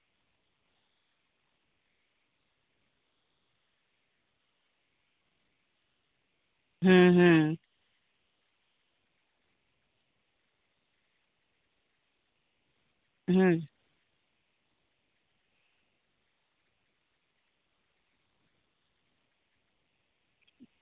ᱦᱩᱸ ᱦᱩᱸ